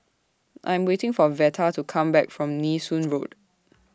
I Am waiting For Veta to Come Back from Nee Soon Road